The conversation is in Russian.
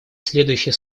следующие